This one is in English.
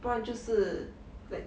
不然就是 like